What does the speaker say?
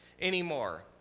anymore